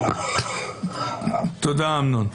תודה, אמנון.